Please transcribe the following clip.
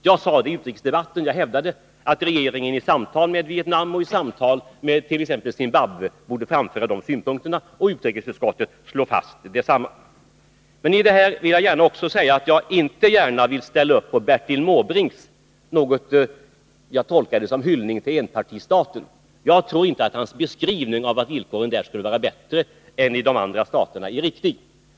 Jag hävdade i utrikesdebatten att regeringen i samtal med Vietnam och t.ex. Zimbabwe borde framföra de synpunkterna, och utrikesutskottet slår också fast detta. Men låt mig i detta sammanhang säga att jag inte vill ställa upp på Bertil Måbrinks hyllning till enpartistaten — så tolkade jag det. Jag tror inte att hans beskrivning av att villkoren där skulle vara bättre än i andra stater är riktig.